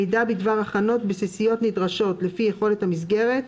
מידע בדבר הכנות בסיסיות נדרשות לפי יכולת המסגרת,